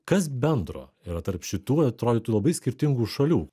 kas bendro yra tarp šitų atrodytų labai skirtingų šalių